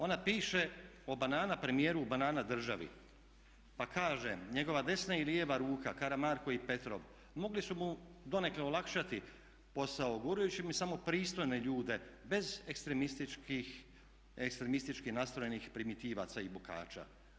Ona piše o banana premijeru u banana državi pa kaže: "Njegova desna i lijeva ruka Karamarko i Petrov mogli su mu donekle olakšati posao gurajući mu samo pristojne ljude bez ekstremistički nastrojenih primitivaca i bukača.